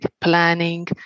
planning